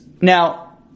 Now